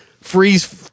freeze-